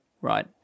right